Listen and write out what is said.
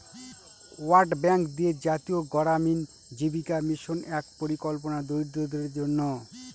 world bank দিয়ে জাতীয় গড়ামিন জীবিকা মিশন এক পরিকল্পনা দরিদ্রদের জন্য